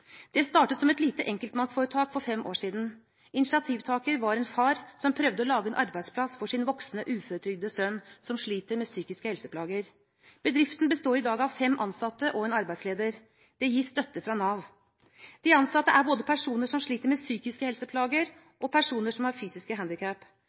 Det startet som et lite enkeltmannsforetak for fem år siden. Initiativtaker var en far som prøvde å lage en arbeidsplass for sin voksne, uføretrygdede sønn, som sliter med psykiske helseplager. Bedriften består i dag av fem ansatte og en arbeidsleder. Det gis støtte fra Nav. De ansatte er både personer som sliter med psykiske